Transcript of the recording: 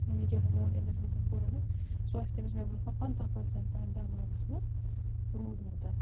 مےٚ کیٛاہ ووٚن أمِس مےٚ کیٛاہ کوٚر أمِس سُہ آسہِ تٔمِس مےٚ باسان پَنٛژاہ پٔرسَنٛٹ تام دٮ۪ماغَس منٛز روٗدمُت